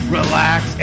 relax